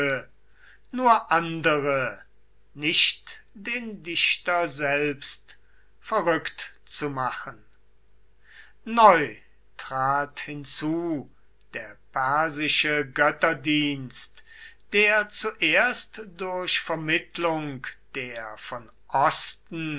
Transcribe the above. nur andere nicht den dichter selbst verrückt zu machen neu trat hinzu der persische götterdienst der zuerst durch vermittlung der von osten